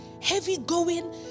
heavy-going